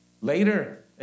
Later